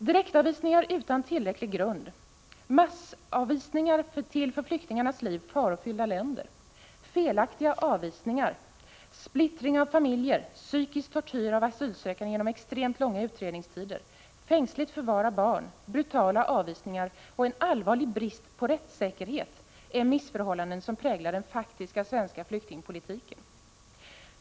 Direktavvisningar utan tillräcklig grund, massavvisningar till för flyktingarnas liv farofyllda länder, felaktiga avvisningar, splittring av familjer, psykisk tortyr av asylsökande genom extremt långa utredningstider, fängsligt förvar av barn, brutala avvisningar och en allvarlig brist på rättssäkerhet är missförhållanden som präglar den faktiska svenska flyktingpolitiken.